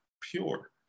pure